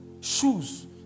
shoes